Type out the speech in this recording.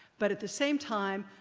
but at the same time,